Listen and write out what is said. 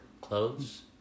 clothes